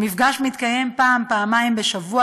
מפגש מתקיים פעם-פעמיים בשבוע,